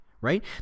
right